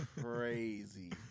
crazy